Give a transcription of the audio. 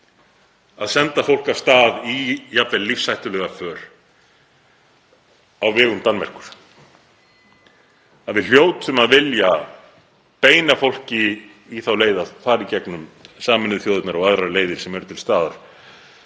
að senda fólk af stað, jafnvel í lífshættulega för, á vegum Danmerkur; að við hljótum að vilja beina fólki þá leið að fara í gegnum Sameinuðu þjóðirnar og aðrar leiðir sem eru til staðar